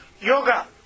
Yoga